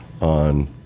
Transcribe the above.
on